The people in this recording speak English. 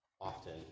often